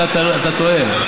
אתה טועה.